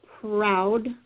proud